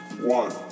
One